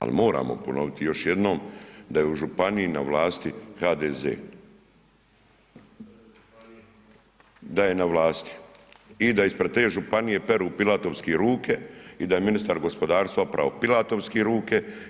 Ali moramo ponoviti još jednom da je u županiji na vlasti HDZ, da je na vlasti i da ispred te županije peru pilatovski ruke i da je ministar gospodarstva opravo pilatovski ruke.